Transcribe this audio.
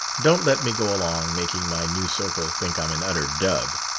don't let me go along making my new circle think i'm an utter dub.